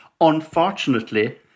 Unfortunately